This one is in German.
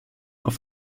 auf